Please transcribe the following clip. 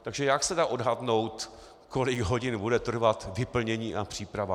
Takže jak se dá odhadnout, kolik hodin bude trvat vyplnění a příprava?